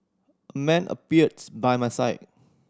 a man appears by my side